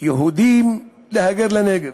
יהודים להגר לנגב,